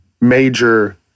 major